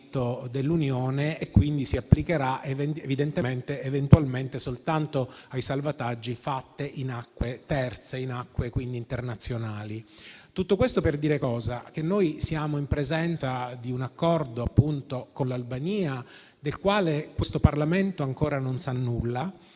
dell’Unione e quindi si applicherà eventualmente soltanto ai salvataggi fatti in acque terze, quindi in acque internazionali. Tutto questo per dire che noi siamo in presenza di un accordo con l’Albania del quale questo Parlamento ancora non sa nulla.